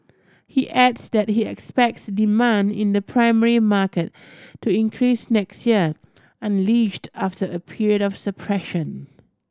he adds that he expects demand in the primary market to increase next year unleashed after a period of suppression